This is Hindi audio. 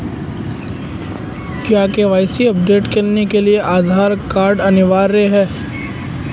क्या के.वाई.सी अपडेट करने के लिए आधार कार्ड अनिवार्य है?